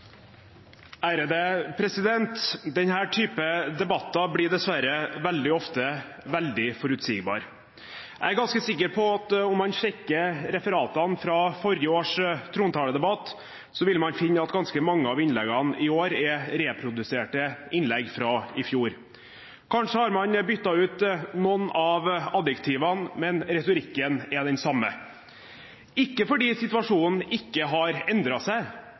debatter blir dessverre veldig ofte veldig forutsigbare. Jeg er ganske sikker på at om man sjekker referatene fra forrige års trontaledebatt, vil man finne at ganske mange av innleggene i år er reproduserte innlegg fra i fjor. Kanskje har man byttet noen av adjektivene, men retorikken er den samme – ikke fordi situasjonen ikke har endret seg,